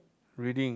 reading